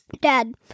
Dad